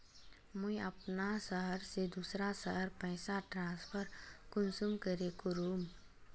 मुई अपना शहर से दूसरा शहर पैसा ट्रांसफर कुंसम करे करूम?